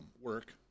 work